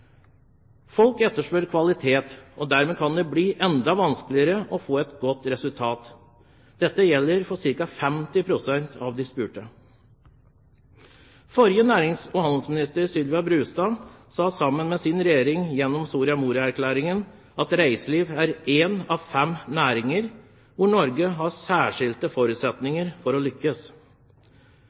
Folk etterspør kvalitet, og dermed kan det bli enda vanskeligere å få et godt resultat. Dette gjelder for ca. 50 pst. av de spurte. Forrige nærings- og handelsminister, Sylvia Brustad, sa gjennom sin regjerings Soria Moria-erklæring at reiseliv er en av fem næringer hvor Norge har særskilte forutsetninger for å lykkes.